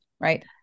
Right